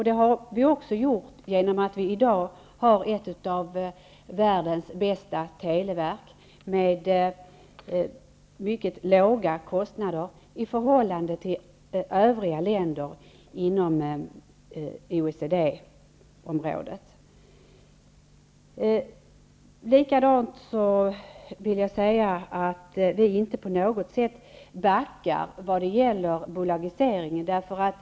Det har vi också gjort genom att vi i dag har ett av världens bästa televerk med mycket låga kostnader i förhållande till övriga länder inom Vi verkar inte på något sätt för en bolagisering.